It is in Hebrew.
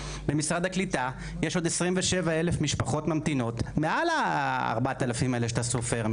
במשרד הקליטה יש עוד 27,000 משפחות ממתינות מעל ה-4,000 האלה שאתה סופר,